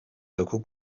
local